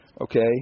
Okay